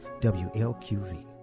WLQV